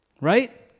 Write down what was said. right